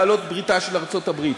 בעלות-בריתה של ארצות-הברית.